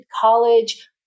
College